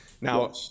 Now